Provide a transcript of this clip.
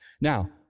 Now